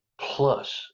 plus